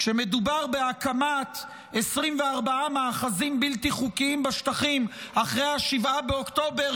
כשמדובר בהקמת 24 מאחזים בלתי חוקיים בשטחים אחרי 7 באוקטובר,